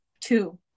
two